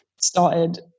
started